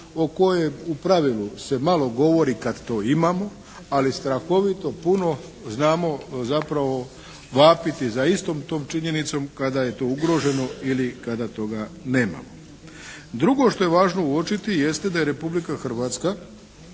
o kojem u pravilu se malo govori kad to imamo, ali strahovito puno znamo zapravo vapiti za istom tom činjenicom kada je to ugroženo ili kada toga nemamo. Drugo što je važno uočiti jeste da je Republika Hrvatska